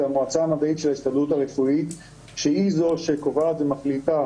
זה המועצה המדעית של ההסתדרות הרפואית שהיא זו שקובעת ומחליטה